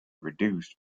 reduced